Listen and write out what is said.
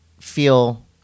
feel